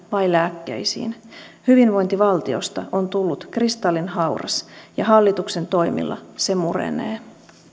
vai lääkkeisiin hyvinvointivaltiosta on tullut kristallinhauras ja hallituksen toimilla se murenee